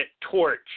torch